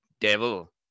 devil